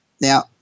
Now